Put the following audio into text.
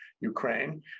Ukraine